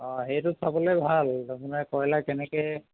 অ' সেইটোত চাবলৈ ভাল আপোনাৰ কয়লা কেনেকৈ